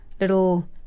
little